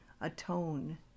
atone